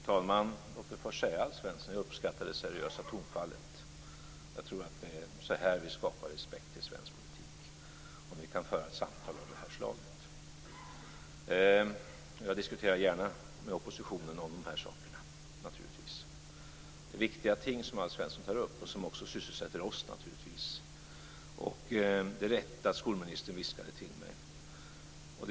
Fru talman! Låt mig först säga Alf Svensson att jag uppskattar det seriösa tonfallet. Jag tror att det är så vi skapar respekt i svensk politik, om vi kan föra ett samtal av det här slaget. Jag diskuterar naturligtvis gärna med oppositionen om de här sakerna. Det är viktiga ting som Alf Svensson tar upp och som också sysselsätter oss. Det är rätt att skolministern viskade till mig.